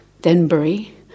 Denbury